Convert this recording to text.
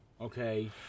okay